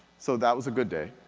so, that was a good day.